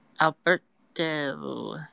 Alberto